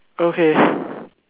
okay